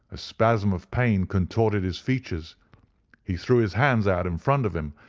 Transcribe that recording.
a spasm of pain contorted his features he threw his hands out in front of him,